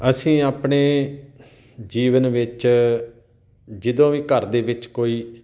ਅਸੀਂ ਆਪਣੇ ਜੀਵਨ ਵਿੱਚ ਜਦੋਂ ਵੀ ਘਰ ਦੇ ਵਿੱਚ ਕੋਈ